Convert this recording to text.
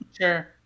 Sure